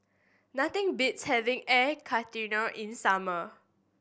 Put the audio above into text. nothing beats having Air Karthira in summer